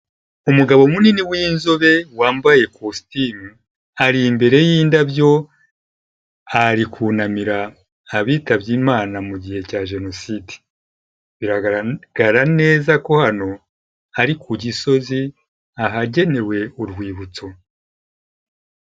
Umugabo munini w'inzobe wambaye ikositimu, ari imbere y'indabyo, ari kunamira abitabye Imana mu gihe cya Jenoside. Biragaragara neza ko hano hari ku Gisozi, ahagenewe urwibutso.